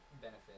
benefit